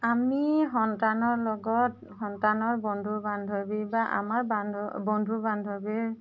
আমি সন্তানৰ লগত সন্তানৰ বন্ধু বান্ধৱী বা আমাৰ বান বন্ধু বান্ধৱী